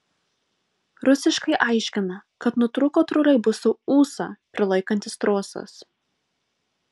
rusiškai aiškina kad nutrūko troleibuso ūsą prilaikantis trosas